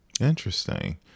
Interesting